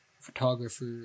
photographer